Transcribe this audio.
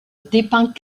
dépeint